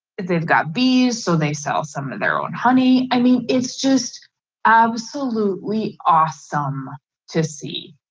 they've got bees, so they sell some of their own honey. i mean, it's just absolutely awesome to see.